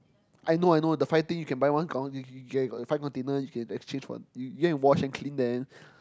I know I know the five thing you can buy one got one got the five continent you can exchange one you go and wash then clean them